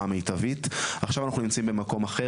המיטבית עכשיו אנחנו נמצאים במקום אחר,